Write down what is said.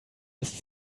ist